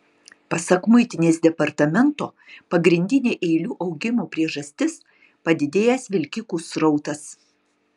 pasak muitinės departamento pagrindinė eilių augimo priežastis padidėjęs vilkikų srautas